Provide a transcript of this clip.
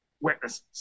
witnesses